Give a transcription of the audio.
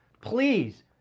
Please